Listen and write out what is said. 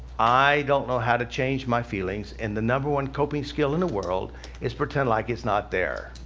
i don't know how to change my feelings. and the number one coping skill in the world is pretend like it's not there.